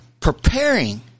preparing